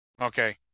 Okay